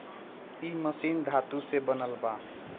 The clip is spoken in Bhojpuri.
इ मशीन धातु से बनल बा